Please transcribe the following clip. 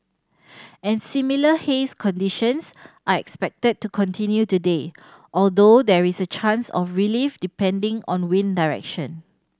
and similar haze conditions are expected to continue today although there is a chance of relief depending on wind direction